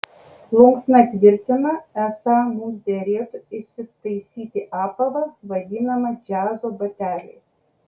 plunksna tvirtina esą mums derėtų įsitaisyti apavą vadinamą džiazo bateliais